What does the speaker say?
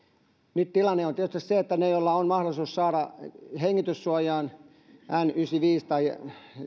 nyt tilanne on tietysti se että ne joilla on mahdollisuus saada hengityssuojain n yhdeksänkymmentäviisi tai